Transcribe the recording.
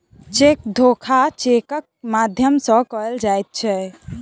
cheque धोखा चेकक माध्यम सॅ कयल जाइत छै